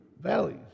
valleys